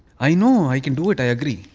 i know i can do it, i agree.